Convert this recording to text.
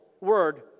word